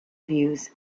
views